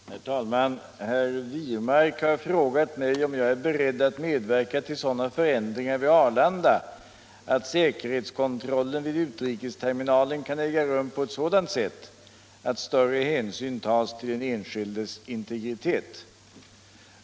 Herr talman! Herr Wirmark har frågat mig om jag är beredd att medverka till sådana förändringar vid Arlanda att säkerhetskontrollen vid utrikesterminalen kan äga rum på ett sådant sätt att större hänsyn tas till den enskildes integritet.